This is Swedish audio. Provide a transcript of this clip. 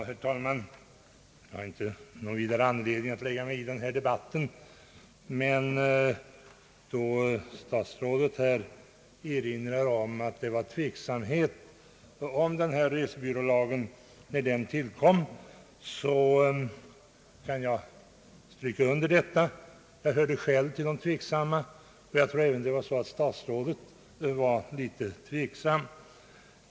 Herr talman! Jag har inte någon direkt anledning att lägga mig i den här debatten, men skulle ändå vilja säga några ord. Statsrådet Lange erinrade om att det rådde tveksamhet beträffande resebyrålagen när den tillkom. Jag kan stryka under detta. Jag hörde själv till de tveksamma, och jag tror att även statsrådet var litet tveksam.